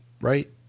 Right